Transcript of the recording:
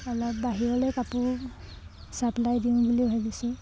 অলপ বাহিৰলে কাপোৰ চাপ্লাই দিওঁ বুলি ভাবিছোঁ